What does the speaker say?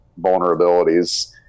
vulnerabilities